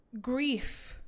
grief